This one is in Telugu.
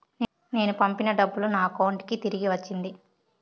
నేను పంపిన డబ్బులు నా అకౌంటు కి తిరిగి వచ్చింది